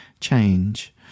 change